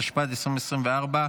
התשפ"ד 2024,